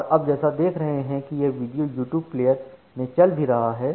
और अब जैसा देख रहे हैं कि यह वीडियो यूट्यूब प्लेयरमें चल भी रहा है